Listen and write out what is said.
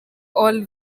all